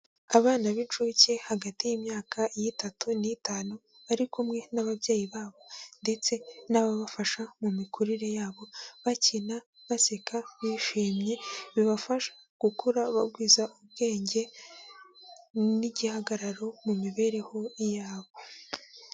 Abana b'incuke hagati y'imyaka yitatu n'itanu bari kumwe n'ababyeyi babo, ndetse n'ababafasha mu mikurire yabo, bakina, baseka, bishimye bibafasha gukura bagwiza ubwenge n'igihagararo mu mibereho yabo.